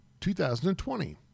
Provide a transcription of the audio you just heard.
2020